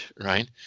right